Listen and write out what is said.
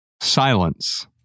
Silence